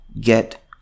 get